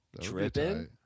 Dripping